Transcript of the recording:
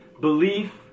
Belief